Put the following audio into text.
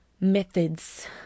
methods